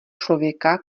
člověka